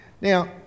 Now